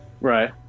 Right